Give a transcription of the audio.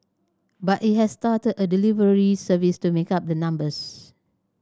but it has started a delivery service to make up the numbers